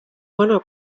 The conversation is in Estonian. vana